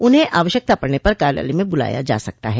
उन्हें आवश्यकता पड़ने पर कार्यालय में बुलाया जा सकता है